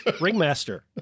ringmaster